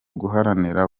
guharanira